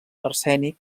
arsènic